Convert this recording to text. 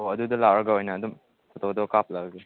ꯑꯣ ꯑꯗꯨꯗ ꯂꯥꯛꯂꯒ ꯑꯣꯏꯅ ꯑꯗꯨꯝ ꯐꯣꯇꯣꯗꯣ ꯀꯥꯞꯂꯒꯦ